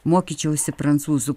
mokyčiausi prancūzų